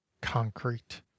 concrete